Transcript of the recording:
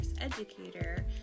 educator